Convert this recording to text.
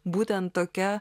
būtent tokia